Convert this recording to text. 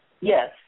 Yes